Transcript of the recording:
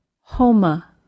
Homa